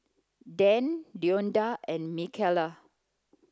Dan Deonta and Micayla